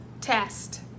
test